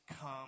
come